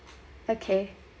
okay